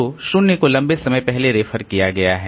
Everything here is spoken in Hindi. तो 0 को लंबे समय पहले रेफर किया गया है